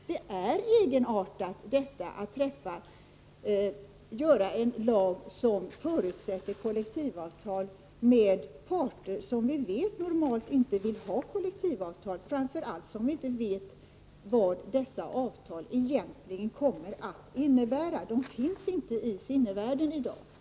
Det är egenartat att stifta en lag som förutsätter kollektivavtal med parter som vi vet normalt inte vill ha kollektivavtal. Framför allt vet man inte vad dessa avtal egentligen kommer att innebära, eftersom de inte finns i sinnevärlden i dag.